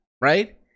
right